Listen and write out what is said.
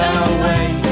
away